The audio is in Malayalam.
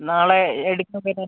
നാളെ എടുക്കാം